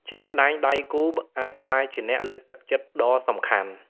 ជាក់ស្ដែង ដៃគូអាចក្លាយជាអ្នកលើកទឹកចិត្តដ៏សំខាន់។